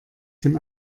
dem